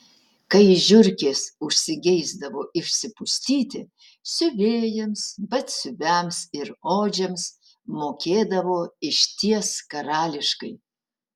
kai žiurkės užsigeisdavo išsipustyti siuvėjams batsiuviams ir odžiams mokėdavo išties karališkai